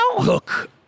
Look